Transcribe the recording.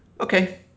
Okay